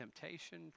temptation